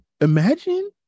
imagine